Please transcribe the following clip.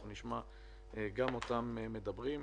אנחנו נשמע גם אותם מדברים.